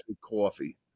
coffee